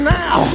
now